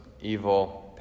evil